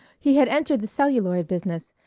he had entered the celluloid business,